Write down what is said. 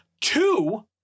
two